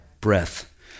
breath